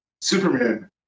Superman